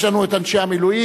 יש לנו את אנשי המילואים.